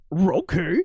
Okay